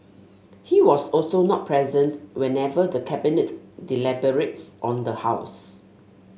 he was also not present whenever the Cabinet deliberates on the house